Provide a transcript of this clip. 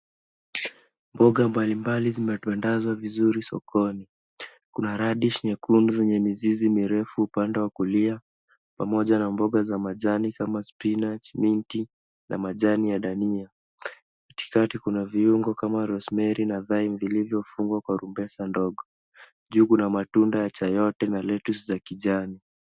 Mboga mbalimbali zimetwandazwa vizuri sokoni. Kuna radish nyekundu zenye mizizi mirefu upande wa kulia pamoja na mboga za majani kama spinach , minti na majani ya dania. Katikati kuna viungo kama rosemary na thime vilivyo fungwa kwa rumbesa ndogo, juu kuna matunda ya chayote na lettuce za kijani.